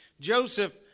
Joseph